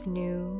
new